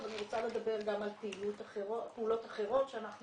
אבל אני רוצה לדבר גם על פעולות אחרות שאנחנו